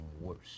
worse